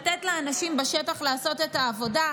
לתת לאנשים בשטח לעשות את העבודה,